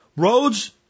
Roads